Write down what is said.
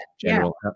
general